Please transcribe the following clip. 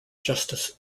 justice